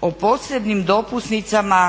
o posebnim dopusnicama